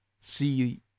see